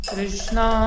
Krishna